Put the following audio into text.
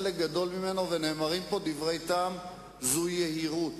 הייתי אומר דבר אחד, כבוד היושב-ראש